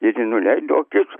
ir ji nuleido akis